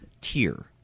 tier